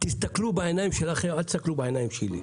תסתכלו בעיניים שלכם, אל תסתכלו בעיניים שלי.